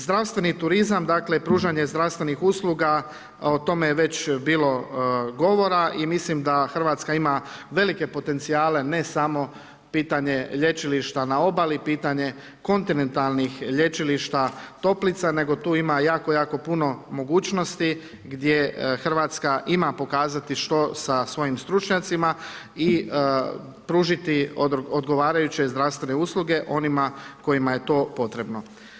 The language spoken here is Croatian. Zdravstveni turizam, dakle pružanje zdravstvenih usluga o tome je već bilo govora i mislim da Hrvatska ima velike potencijale ne samo pitanje lječilišta na obali, pitanje kontinentalnih lječilišta toplica, nego tu ima jako, jako puno mogućnosti gdje Hrvatska ima pokazati što sa svojim stručnjacima i pružiti odgovarajuće zdravstvene usluge onima kojima je to potrebno.